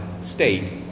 state